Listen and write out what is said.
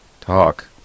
talk